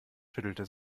schüttelte